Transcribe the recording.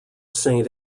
saint